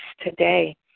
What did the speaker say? today